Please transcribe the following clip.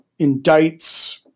indicts